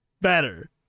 better